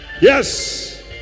Yes